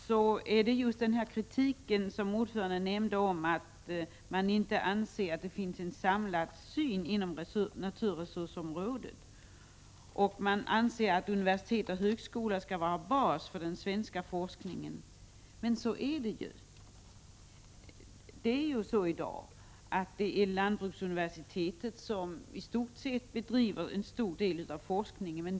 Den gäller just den kritik som utskottets ordförande nämnde och som går ut på att man anser att det inte finns en samlad syn på naturresursområdet. Reservanten anser att universitet och högskolor bör vara bas för den svenska forskningen. Men så är ju redan fallet. Det är lantbruksuniversitetet som bedriver en stor del av forskningen.